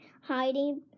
hiding